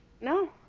No